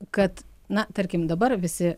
kad na tarkim dabar visi